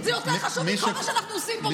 זה יותר חשוב מכל מה שאנחנו עושים פה, מתן.